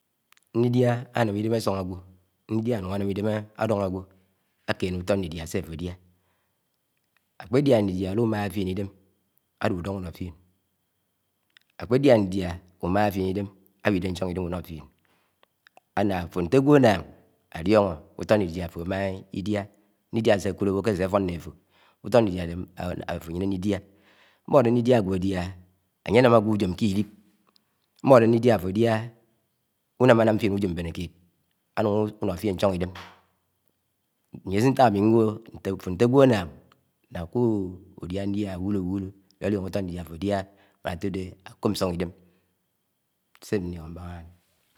Ṉlídiá ánám̱ ídeṃ áchoọn ágẃọ. nlidia ánún ánám idém ádọn aǵwọ. ákéné úto ńlidia se afo adia, Akpedia ńlidiá ánúṃáhá fién idém, álú údóhó úno̱ fieṉ, akpedia Nlidia uṃaḥa fieṉ idem̱ áwide ṉchon idém unọ. Ufien ana afo nte agwo annang aliọno̱. uto ndidia afo amaha Idia. Lidia asekud. awo ke as áfon nné afo úto nlídiá ade ke afo ayene nlidia. mṃode nlídía ágẃọ ádiạhá ánye cínám. agẃo ujúm ke llib. mṃode nlidiá áfọ adiaha únama nạm fien Ujum. mbene ked, anuṉ unọ fien ṉ cẖón idem áyésin. ntak ami nwoho, afo nte agwo annang. akudia ńlidiá, awuro awúro lioliono. utó ńdidiá áfó adiátia mm̃an átode. ákọp ṉsọṉ idéṃ